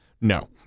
no